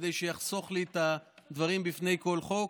כדי שיחסוך לי את הדברים לפני כל חוק.